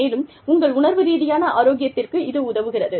மேலும் உங்கள் உணர்வு ரீதியான ஆரோக்கியத்திற்கு இது உதவுகிறது